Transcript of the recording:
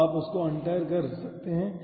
तो आप उस एक को untar कर सकते हैं